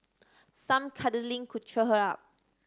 some cuddling could cheer her up